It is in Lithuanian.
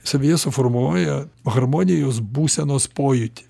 savyje suformuoja harmonijos būsenos pojūtį